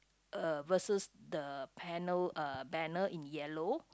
uh versus the panel uh banner in yellow